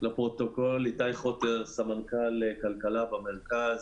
אני סמנכ"ל כלכלה במרכז.